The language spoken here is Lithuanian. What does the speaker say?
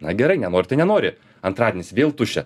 na gerai nenori tai nenori antradienis vėl tuščia